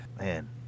Man